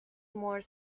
more